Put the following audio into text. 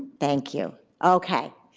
thank you. okay,